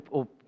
op